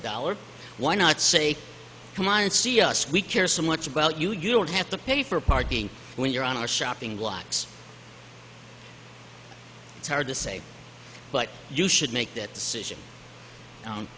a dollar why not say come and see us we care so much about you you don't have to pay for parking when you're on our shopping blocks it's hard to say but you should make that decision